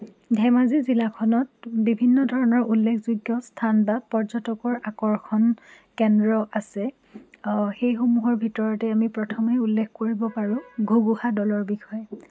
ধেমাজি জিলাখনত বিভিন্ন ধৰণৰ উল্লেখযোগ্য স্থান বা পৰ্যটকৰ আকৰ্ষণ কেন্দ্ৰ আছে সেইসমূহৰ ভিতৰতে আমি প্ৰথমেই উল্লেখ কৰিব পাৰোঁ ঘুগুহা দৌলৰ বিষয়ে